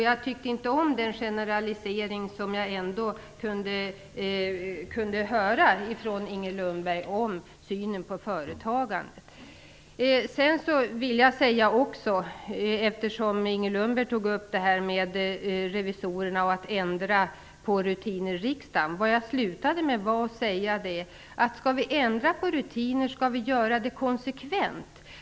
Jag tycker inte om den generalisering som framgår av Inger Eftersom Inger Lundberg tog upp frågan om att ändra rutinerna i riksdagen beträffande revisorernas rapporter, vill jag säga att jag avslutningsvis sade att om vi skall ändra på rutinerna skall vi göra det konsekvent.